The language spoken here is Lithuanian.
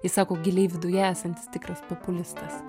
jis sako giliai viduje esantis tikras populistas